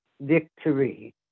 victory